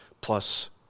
plus